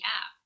app